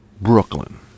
Brooklyn